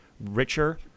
richer